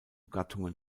gattungen